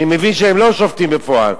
אני מבין שהם לא שופטים בפועל,